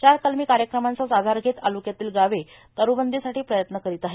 चार कलमी कार्यक्रमांचाच आधार घेत तालुक्यातील गावे दारूबंदीसाठी प्रयत्न करीत आहेत